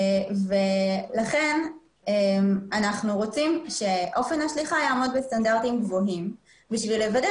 לכן אנחנו רוצים שאופן השליחה יעמוד בסטנדרטים גבוהים כדי לוודא